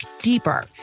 deeper